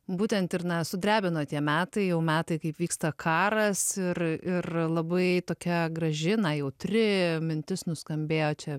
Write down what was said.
būtent ir na sudrebino tie metai jau metai kaip vyksta karas ir ir labai tokia graži na jautri mintis nuskambėjo čia